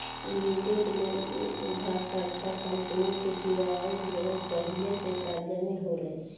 leverage loan उ उधारकर्ता company के दीआला जवन पहिले से कर्जा में होले